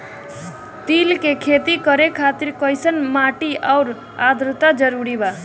तिल के खेती करे खातिर कइसन माटी आउर आद्रता जरूरी बा?